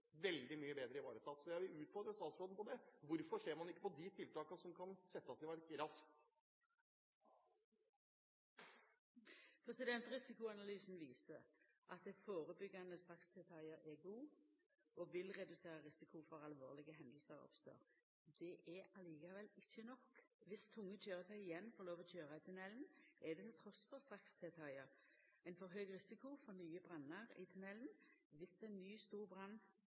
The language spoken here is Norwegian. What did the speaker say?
vil utfordre statsråden på det: Hvorfor ser man ikke på de tiltakene som kan settes i verk raskt? Risikoanalysen viser at dei førebyggjande strakstiltaka er gode og vil redusera risikoen for at alvorlege hendingar oppstår. Det er likevel ikkje nok. Viss tunge køyretøy igjen får lov til å køyra i tunnelen, er det trass i strakstiltaka. Ein får høg risiko for nye brannar i tunnelen. Viss ein ny stor brann